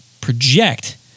project